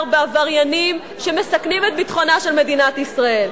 בעבריינים שמסכנים את ביטחונה של מדינת ישראל.